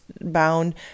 bound